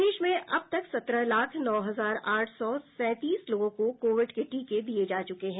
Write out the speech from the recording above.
प्रदेश में अब तक सत्रह लाख नौ हजार आठ सौ सैंतीस लोगों को कोविड के टीके दिये जा चुके हैं